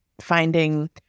finding